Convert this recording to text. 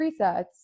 presets